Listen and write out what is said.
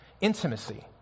intimacy